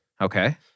Okay